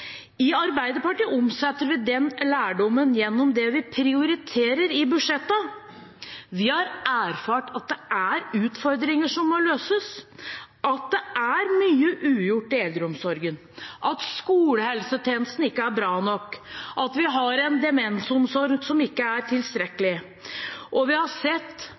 I Arbeiderpartiet omsetter vi den lærdommen gjennom det vi prioriterer i budsjettene. Vi har erfart at det er utfordringer som må løses, at det er mye ugjort i eldreomsorgen, at skolehelsetjenesten ikke er bra nok, og at vi har en demensomsorg som ikke er tilstrekkelig. Vi har sett